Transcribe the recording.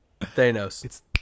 Thanos